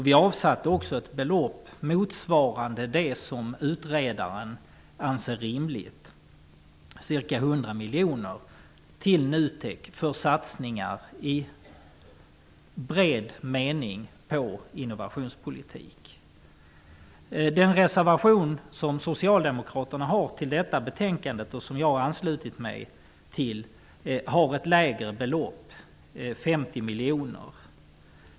Vi avsatte också ett belopp motsvarande det som utredaren ansåg vara rimligt, ca 100 miljoner till NUTEK för satsningar i bred mening på innovationspolitik. I den reservation som socialdemokraterna har fogat till detta betänkande och som jag har anslutit mig till anges ett lägre belopp, 50 miljoner.